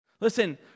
Listen